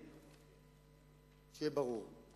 שיהיה ברור,